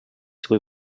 свой